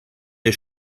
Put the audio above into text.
der